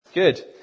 Good